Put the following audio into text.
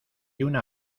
una